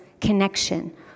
connection